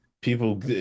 People